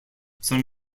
son